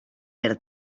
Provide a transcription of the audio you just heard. per